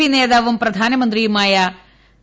P നേതാവും പ്രധാനമന്ത്രിയുമായ ശ്രീ